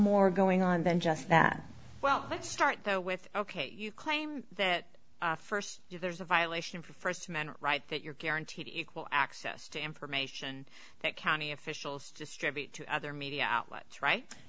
more going on than just that well let's start though with ok you claim that first you there's a violation for first amendment right that you're guaranteed equal access to information that county officials distribute to other media outlets right